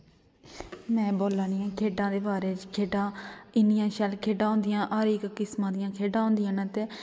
में बोला नी आं खेढां दे बारे च खेढां इ'न्नियां शैल खेढां होंदियां हर इक किस्मां दियां खेढां होंदियां न ते